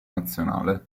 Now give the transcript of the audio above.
nazionale